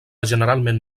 generalment